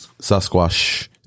Sasquatch